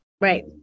Right